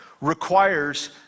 requires